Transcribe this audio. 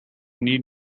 need